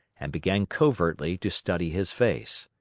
and began covertly to study his face.